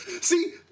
See